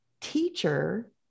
teacher